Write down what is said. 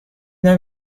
دهم